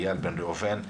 איל בן ראובן,